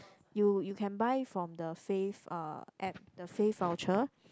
you you can buy from the fave uh app the fave voucher